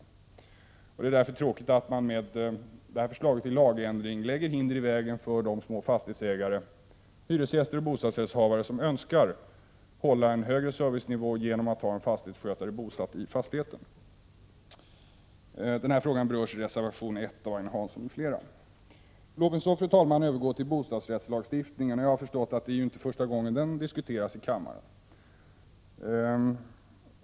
Det är därför tråkigt att detta förslag till lagändring innebär att det läggs hinder i vägen för ägare av mindre fastigheter, hyresgäster och bostadsrättshavare som önskar hålla en högre servicenivå genom att ha en fastighetsskötare bosatt i fastigheten. Denna fråga berörs i reservation 1 av Agne Hansson m.fl. Låt mig så, fru talman, övergå till bostadsrättslagstiftningen. Jag har förstått att det inte är första gången som denna diskuteras i kammaren.